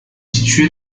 située